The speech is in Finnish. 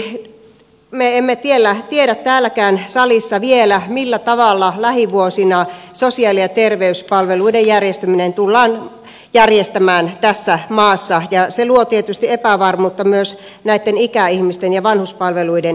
toiseksi me emme tiedä täälläkään salissa vielä millä tavalla lähivuosina sosiaali ja terveyspalvelut tullaan järjestämään tässä maassa ja se luo tietysti epävarmuutta myös näitten ikäihmisten palveluiden ja vanhuspalveluiden järjestämiseen